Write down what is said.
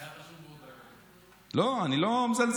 זה היה חשוב, לא, אני לא מזלזל.